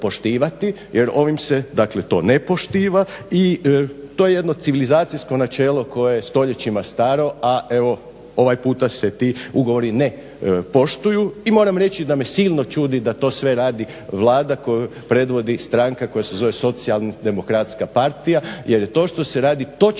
jer ovim se, dakle to ne poštiva i to je jedno civilizacijsko načelo koje je stoljećima staro, a evo ovaj puta se ti ugovori ne poštuju. I moram reći da me silno čudi da to sve radi Vlada koju predvodi stranka koja se zove Socijaldemokratska partija jer to što se radi točno